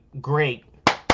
Great